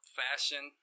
fashion